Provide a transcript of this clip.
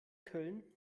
köln